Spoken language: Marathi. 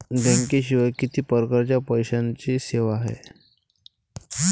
बँकेशिवाय किती परकारच्या पैशांच्या सेवा हाय?